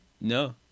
no